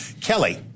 Kelly